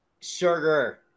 Sugar